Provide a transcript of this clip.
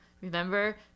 remember